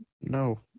No